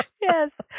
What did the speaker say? yes